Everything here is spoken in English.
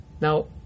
now